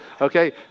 Okay